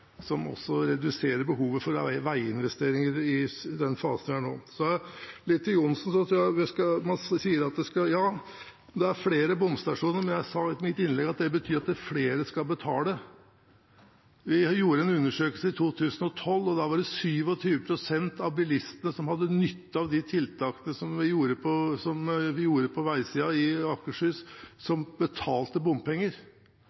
som også reduserer behovet for veiinvesteringer i den fasen vi er i nå. Så litt til Johnsen: Ja, det er flere bomstasjoner, men som jeg sa i mitt innlegg, betyr det at flere skal betale. Vi gjorde en undersøkelse i 2012, og da var det 27 pst. av bilistene som betalte bompenger som hadde nytte av de tiltakene vi gjorde på veisiden i Akershus.